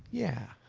yeah.